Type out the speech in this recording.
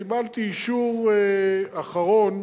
קיבלתי אישור אחרון,